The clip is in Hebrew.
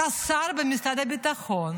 אתה שר במשרד הביטחון,